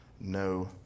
no